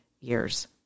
years